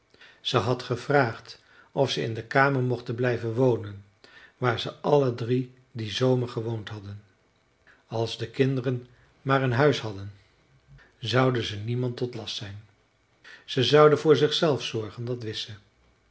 ze had gevraagd of ze in de kamer mochten blijven wonen waar ze alle drie dien zomer gewoond hadden als de kinderen maar een huis hadden zouden ze niemand tot last zijn ze zouden voor zichzelf zorgen dat